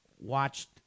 Watched